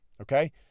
Okay